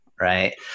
Right